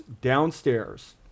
downstairs